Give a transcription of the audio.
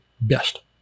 best